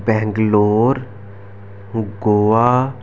Bangalore Goa